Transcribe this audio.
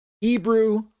hebrew